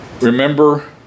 Remember